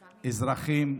אזרחים,